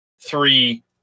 three